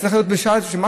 זה צריך להיות למשהו לאומי,